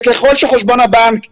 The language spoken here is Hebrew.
ככל שחשבון הבנק הוגבל,